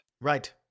Right